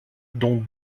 dont